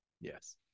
yes